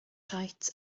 tight